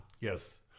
Yes